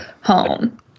home